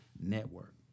network